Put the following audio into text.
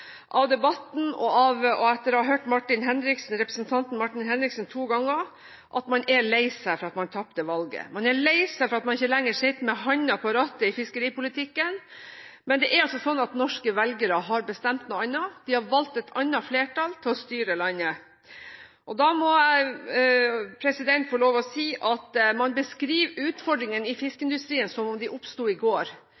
av debatten og etter å ha hørt representanten Martin Henriksen to ganger at man er lei seg for at man tapte valget. Man er lei seg for at man ikke lenger sitter med hånda på rattet i fiskeripolitikken, men det er altså slik at norske velgere har bestemt noe annet, de har valgt et annet flertall til å styre landet. Da må jeg få lov til å si at man beskriver utfordringene i